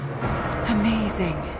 Amazing